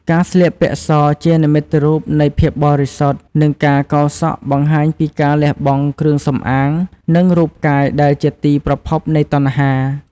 ការ ស្លៀកពាក់ស ជានិមិត្តរូបនៃភាពបរិសុទ្ធ និងការ កោរសក់ បង្ហាញពីការលះបង់គ្រឿងសម្អាង និងរូបកាយដែលជាទីប្រភពនៃតណ្ហា។